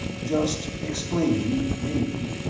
just explaining, maybe,